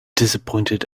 disappointed